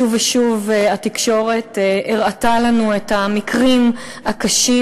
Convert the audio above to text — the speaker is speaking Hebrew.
שוב ושוב התקשורת הראתה לנו את המקרים הקשים.